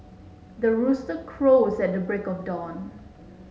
the rooster crows at the break of dawn